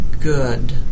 good